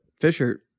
Fisher